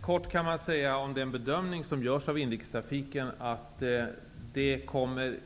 Herr talman! Kort om den bedömning som görs av inrikestrafiken. Det kommer